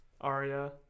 Arya